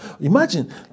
imagine